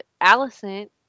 Allison